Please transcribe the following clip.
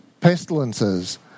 pestilences